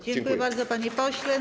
Dziękuję bardzo, panie pośle.